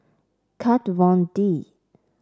Kat Von D